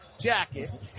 jacket